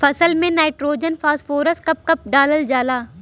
फसल में nitrogen phosphorus कब कब डालल जाला?